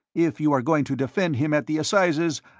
if you are going to defend him at the assizes,